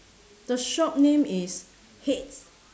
the shop name is heads